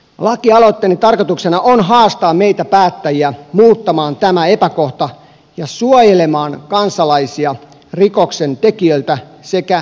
lakialoitteeni tarkoituksena on haastaa meitä päättäjiä muuttamaan tämä epäkohta ja suojelemaan kansalaisia rikoksentekijöiltä sekä uusijoilta